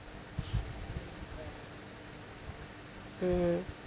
mmhmm